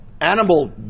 animal